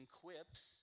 quips